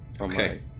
Okay